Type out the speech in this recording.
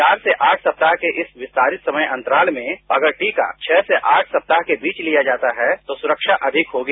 चार से आठ सप्ताह के इस विस्तारित सयम अंतराल में अगर टीका छरू से आठ सप्ताह के बीच लिया जाता है तो सुरक्षा अधिक होगी